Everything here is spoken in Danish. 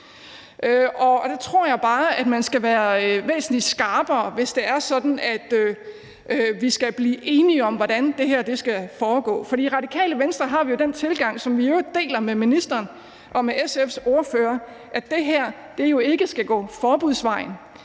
Og der tror jeg bare, at man skal være væsentlig skarpere, hvis det er sådan, at vi skal blive enige om, hvordan det her skal foregå. For i Radikale Venstre har vi den tilgang, som vi i øvrigt deler med ministeren og med SF's ordfører, at det her jo ikke skal gå forbudsvejen.